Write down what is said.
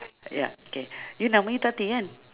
ya k you nama you tati kan